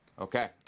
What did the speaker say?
Okay